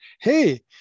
hey